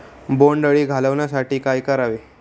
बोंडअळी घालवण्यासाठी काय करावे?